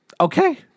Okay